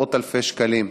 מאות אלפי שקלים,